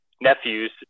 nephews